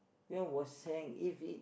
you know was hanged if he